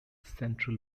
central